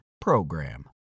PROGRAM